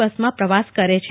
બસમાં પ્રવાસ કરે છે